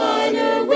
Minor